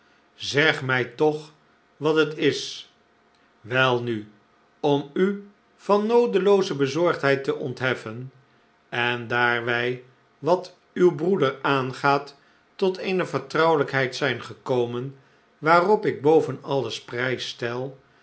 zeg mij toch wat het is welnu om u van noodelooze bezorgdheid te ontheffen en daar wij wat uw broeder aangaat tot eene vertrouwelijkheid zijn gekomen waarop ik boven alles prijs stel